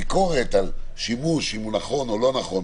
ביקורת על שימוש אם הוא נכון או לא נכון,